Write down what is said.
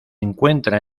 encuentra